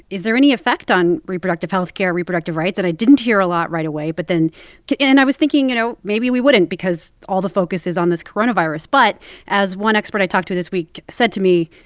is there any effect on reproductive health care, reproductive rights? and i didn't hear a lot right away. but then yeah and i was thinking, you know, maybe we wouldn't because all the focus is on this coronavirus. but as one expert i talked to this week said to me,